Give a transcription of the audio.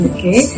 Okay